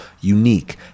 unique